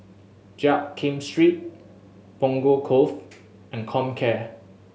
Jiak Kim Street Punggol Cove and Comcare